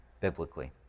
biblically